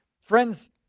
friends